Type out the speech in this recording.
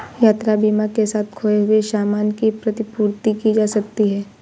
यात्रा बीमा के साथ खोए हुए सामान की प्रतिपूर्ति की जा सकती है